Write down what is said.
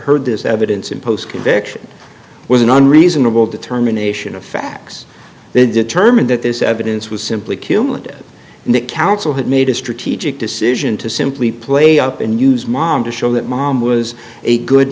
heard this evidence and post conviction was an unreasonable determination of facts they determined that this evidence was simply cumulative and that counsel had made a strategic decision to simply play up and use mom to show that mom was a good